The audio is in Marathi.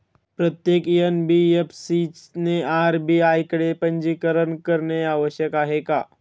प्रत्येक एन.बी.एफ.सी ने आर.बी.आय कडे पंजीकरण करणे आवश्यक आहे का?